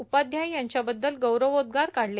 उपाध्याय यांच्याबद्दल गौरवोद्गार काढले